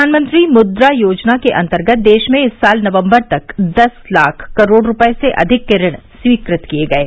प्रधानमंत्री मुद्रा योजना के अन्तर्गत देश में इस साल नवम्बर तक दस लाख करोड़ रूपये से अधिक के ऋण स्वीकृत किये गये